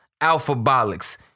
Alphabolics